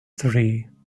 three